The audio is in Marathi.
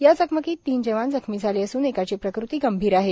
या चकमकीत तीन जवान जखमी झाले असून एकाची प्रकृती गंभीर आहे